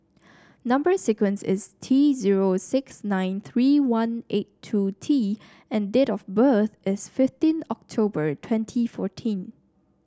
number sequence is T zero six nine three one eight two T and date of birth is fifteen October twenty fourteen